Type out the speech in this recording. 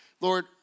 Lord